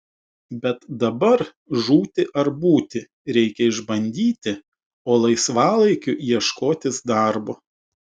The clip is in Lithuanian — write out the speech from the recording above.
bet dabar žūti ar būti reikia išbandyti o laisvalaikiu ieškotis darbo